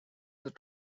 that